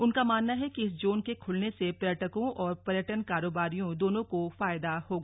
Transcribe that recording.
उनका मानना है कि इस जोन के खुलने से पर्यटकों और पर्यटन कारोबारियों दोनों को फायदा होगा